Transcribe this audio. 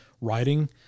writing